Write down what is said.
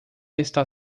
está